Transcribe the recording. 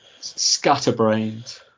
scatterbrained